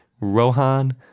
Rohan